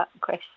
Chris